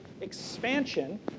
expansion